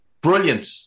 Brilliant